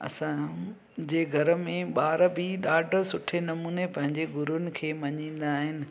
असांजे घर में ॿार बि ॾाढो सुठे नमूने पंहिंजे गुरूअन खे मञीदा आहिनि